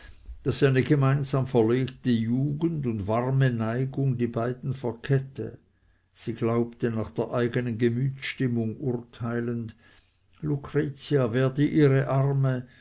daß eine gemeinsam verlebte jugend und warme neigung die beiden verkette sie glaubte nach der eigenen gemütsstimmung urteilend lucretia werde ihre arme